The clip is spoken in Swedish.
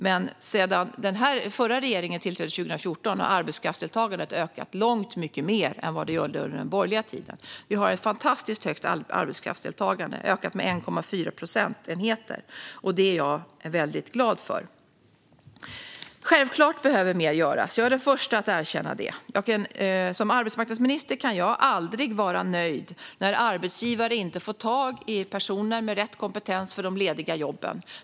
Men sedan den förra regeringen tillträdde, 2014, har arbetskraftsdeltagandet ökat långt mycket mer än vad det gjorde under den borgerliga tiden. Vi har ett fantastiskt högt arbetskraftsdeltagande. Det har ökat med 1,4 procentenheter, och det är jag väldigt glad för. Självklart behöver mer göras. Jag är den första att erkänna det. Som arbetsmarknadsminister kan jag aldrig vara nöjd när arbetsgivare inte får tag i personer med rätt kompetens för de lediga jobben.